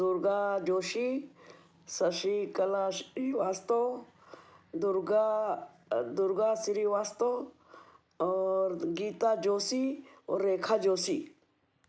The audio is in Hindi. दुर्गा जोशी शशि कला श्रीवास्तव दुर्गा दुर्गा श्रीवास्तव और गीता जोशी और रेखा जोशी